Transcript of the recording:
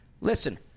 listen